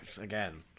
again